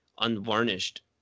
unvarnished